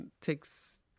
takes